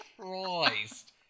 Christ